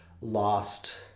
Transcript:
lost